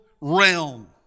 realm